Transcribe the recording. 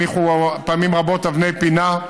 הניחו פעמים רבות אבני פינה,